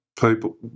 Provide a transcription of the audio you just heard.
people